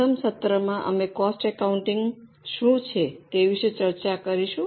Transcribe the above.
પ્રથમ સત્રમાં અમે કોસ્ટ એકાઉન્ટિંગ શું છે તે વિશે ચર્ચા કરીશું